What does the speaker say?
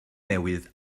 newydd